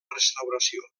restauració